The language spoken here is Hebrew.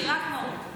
מיקי, רק מהות.